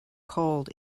cold